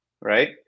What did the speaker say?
right